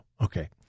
Okay